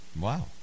Wow